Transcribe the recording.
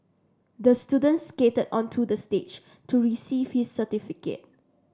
the student skated onto the stage to receive his certificate